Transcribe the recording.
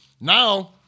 Now